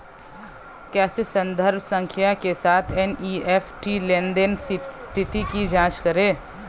कैसे संदर्भ संख्या के साथ एन.ई.एफ.टी लेनदेन स्थिति की जांच करें?